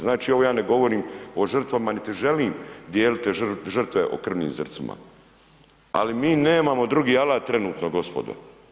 Znači ovo ja ne govorim o žrtvama niti želim dijeliti žrtve po krvnim zrncima, ali mi nemamo drugi alat trenutno, gospodo.